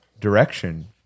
direction